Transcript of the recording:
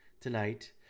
tonight